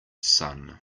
sun